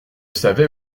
savait